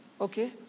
Okay